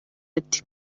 ati